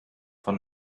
von